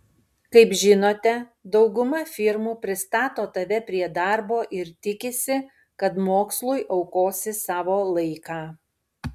kaip žinote dauguma firmų pristato tave prie darbo ir tikisi kad mokslui aukosi savo laiką